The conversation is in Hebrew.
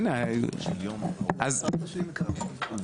כלומר אין שווי כלכלי.